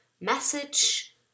message